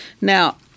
Now